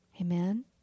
Amen